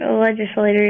legislators